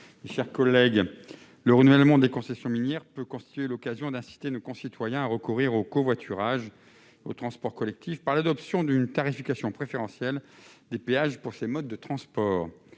Jean-Pierre Corbisez. Le renouvellement des concessions autoroutières peut constituer l'occasion d'inciter nos concitoyens à recourir au covoiturage et aux transports collectifs, par l'adoption d'une tarification préférentielle des péages pour ces modes de transport.